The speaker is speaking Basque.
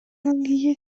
langile